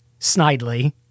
snidely